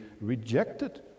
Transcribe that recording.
rejected